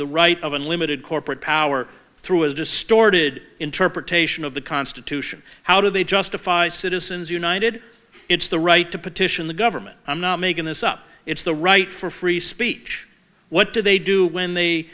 the right of unlimited corporate power through a distorted interpretation of the constitution how do they justify citizens united it's the right to petition the government i'm not making this up it's the right for free speech what do they do when they